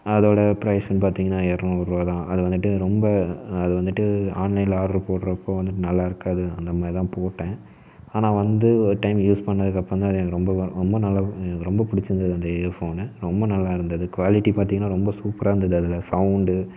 அதோடய ப்ரைஸுன்னு பார்த்திங்கன்னா எரநூறு ரூபா தான் அதை வந்துவிட்டு ரொம்ப அது வந்துவிட்டு ஆன்லைனில் ஆட்ரு போடுறப்போ வந்துவிட்டு நல்லாயிருக்காது அந்த மாதிரி தான் போட்டேன் ஆனால் வந்து ஒரு டைம் யூஸ் பண்ணதுக்கப்புறம் தான் அது எனக்கு ரொம்ப ரொம்ப நல்லா ரொம்ப பிடிச்சிருந்துது அந்த இயர்ஃபோனு ரொம்ப நல்லாருந்தது குவாலிட்டி பார்த்திங்கன்னா ரொம்ப சூப்பராக இருந்தது அதில் சவுண்டு